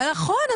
נכון,